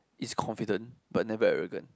is confident but never arrogant